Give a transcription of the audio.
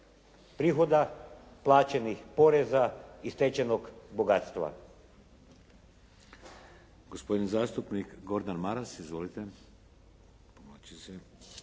prihoda, plaćenih poreza i stečenog bogatstva.